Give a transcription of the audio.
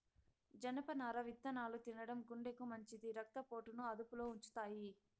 జనపనార విత్తనాలు తినడం గుండెకు మంచిది, రక్త పోటును అదుపులో ఉంచుతాయి